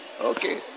Okay